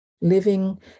living